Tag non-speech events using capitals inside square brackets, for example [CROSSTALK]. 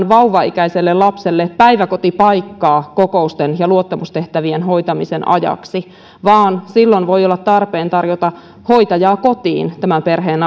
[UNINTELLIGIBLE] vauvaikäiselle lapselle päiväkotipaikkaa kokousten ja luottamustehtävien hoitamisen ajaksi vaan silloin voi olla tarpeen tarjota hoitajaa kotiin tämän perheen [UNINTELLIGIBLE]